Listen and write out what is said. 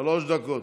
שלוש דקות.